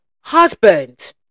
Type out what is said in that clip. husband